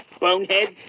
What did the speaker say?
boneheads